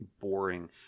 boring